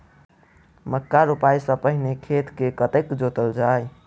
मक्का रोपाइ सँ पहिने खेत केँ कतेक जोतल जाए?